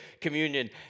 communion